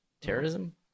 terrorism